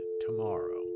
tomorrow